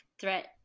threat